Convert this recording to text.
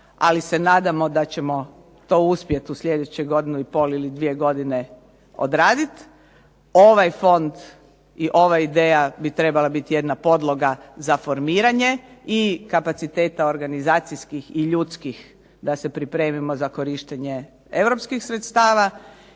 ali se nadamo da ćemo to uspjeti u slijedećih godinu i pol ili dvije godine odraditi. Ovaj fond i ova ideja bi trebala biti jedna podloga za formiranje i kapaciteta organizacijskih i ljudskih da se pripremimo za korištenje europskih sredstava.